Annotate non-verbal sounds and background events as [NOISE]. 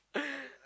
[NOISE]